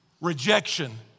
rejection